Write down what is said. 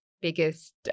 biggest